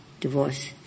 divorce